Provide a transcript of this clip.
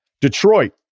Detroit